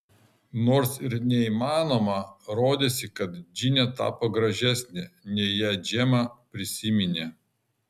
nors ir neįmanoma rodėsi kad džinė tapo gražesnė nei ją džema prisiminė